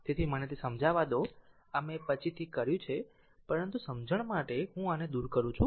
તેથી મને તે સમજાવા દો આ મેં પછીથી કર્યું છે પરંતુ સમજણ માટે હું આને દૂર કરું છું